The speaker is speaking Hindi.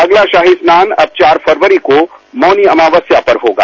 अगला शाही स्नान चार फरवरी को मौनी अमावस्या पर होगा